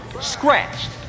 scratched